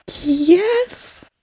Yes